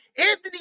anthony